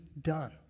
done